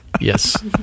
Yes